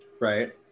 Right